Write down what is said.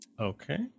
Okay